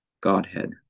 Godhead